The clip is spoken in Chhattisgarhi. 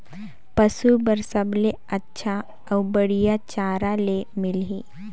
पशु बार सबले अच्छा अउ बढ़िया चारा ले मिलही?